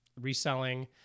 reselling